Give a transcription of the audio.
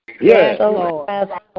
Yes